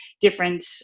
different